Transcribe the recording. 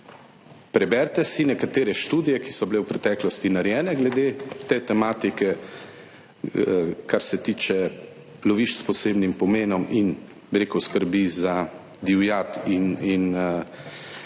Preberite si nekatere študije, ki so bile v preteklosti narejene glede te tematike, kar se tiče lovišč s posebnim pomenom in, bi rekel, skrbi za divjad in